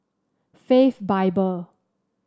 Faith Bible